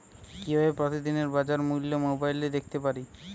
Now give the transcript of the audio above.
কিভাবে প্রতিদিনের বাজার মূল্য মোবাইলে দেখতে পারি?